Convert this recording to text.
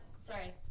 Sorry